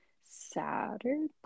Saturday